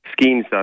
schemes